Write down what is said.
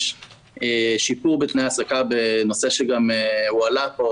יש שיפור בתנאי ההעסקה בנושא שגם הועלה כאן,